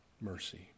mercy